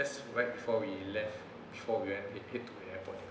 just right before we left before we head head to the airport